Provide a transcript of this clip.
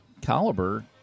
caliber